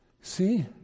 See